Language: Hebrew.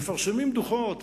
מפרסמים דוחות,